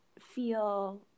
feel